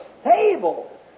stable